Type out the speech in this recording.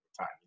time